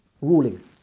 ruling